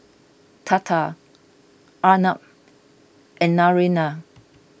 Tata Arnab and Naraina